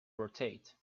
rotate